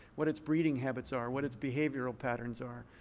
what its breeding habits are, what its behavioral patterns are,